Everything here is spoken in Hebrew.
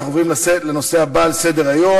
אנחנו עוברים לנושא הבא על סדר-היום,